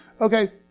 okay